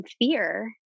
fear